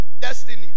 Destiny